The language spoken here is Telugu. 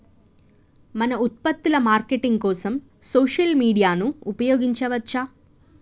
మన ఉత్పత్తుల మార్కెటింగ్ కోసం సోషల్ మీడియాను ఉపయోగించవచ్చా?